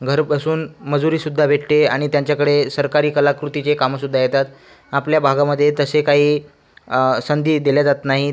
घरी बसून मजुरीसुद्धा भेटते आणि त्यांच्याकडे सरकारी कलाकृतीचे कामं सुद्धा येतात आपल्या भागामध्ये तशा काही संधी दिल्या जात नाहीत